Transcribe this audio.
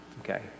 okay